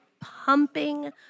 pumping